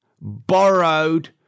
borrowed